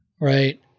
Right